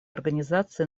организации